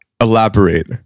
Elaborate